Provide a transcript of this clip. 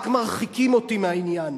רק מרחיקים אותי מהעניין.